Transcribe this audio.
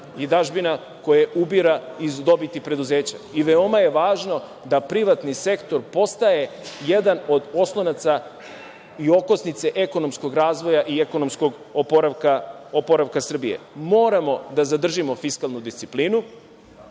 i dažbina koje ubira iz dobiti preduzeća i veoma je važno da privatni sektor postaje jedan od oslonaca i okosnice ekonomskog razvoja i ekonomskog oporavka Srbije. Moramo da zadržimo fiskalnu disciplinu